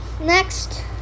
Next